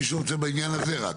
מישהו רוצה בעניין הזה רק?